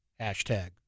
hashtag